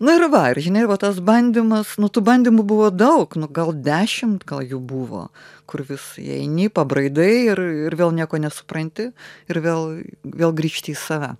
na ir va ir žinai va tas bandymas nu tų bandymų buvo daug nu gal dešimt gal jų buvo kur vis įeini pabraidai ir vėl nieko nesupranti ir vėl vėl grįžti į save